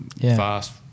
fast